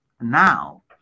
now